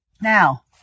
Now